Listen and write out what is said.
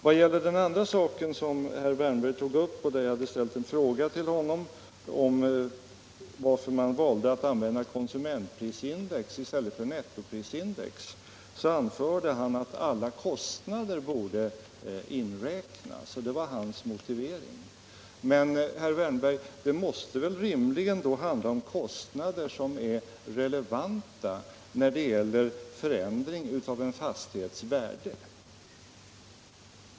Herr Wärnberg hade tagit upp ett annat spörsmål, där jag ställde en fråga till honom, nämligen varför man valde att använda konsumentprisindex i stället för nettoprisindex. Han anförde som sin motivering att alla kostnader borde inräknas. Men, herr Wärnberg, det måste väl då rimligen handla om kostnader som är relevanta när det gäller förändring av en fastighets värde?